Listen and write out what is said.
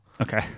Okay